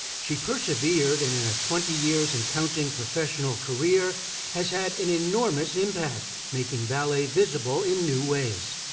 she persevered and in a twenty years and counting professional career has had an enormous impact, making ballet visible in new ways.